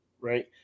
right